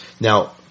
Now